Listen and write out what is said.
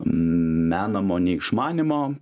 menamo neišmanymo